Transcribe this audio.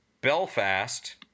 Belfast